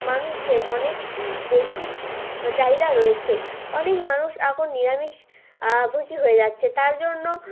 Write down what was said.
মানুষদের অনেক বেশি চাহিদা রয়েছে অনেক মানুষ এখন নিরামিষ ভোজী হয়ে যাচ্ছে তার জন্য